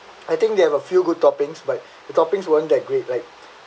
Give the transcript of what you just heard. I think they have a few good toppings but the toppings weren't that great like